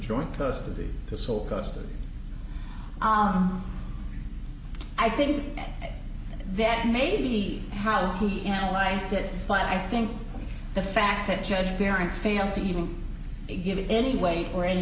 joint custody to sole custody i think that may be how he analyzed it but i think the fact that judge parents failed to even give any weight or any